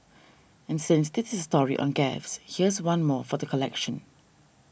and since this is a story on gaffes here's one more for the collection